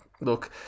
Look